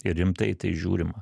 ir rimtai į tai žiūrima